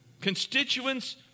Constituents